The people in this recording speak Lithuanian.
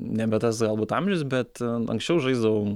nebe tas galbūt amžius bet anksčiau žaisdavau